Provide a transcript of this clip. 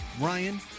Ryan